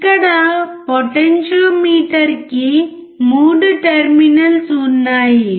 ఇక్కడ పొటెన్షియోమీటర్ కి 3 టెర్మినల్స్ ఉన్నాయి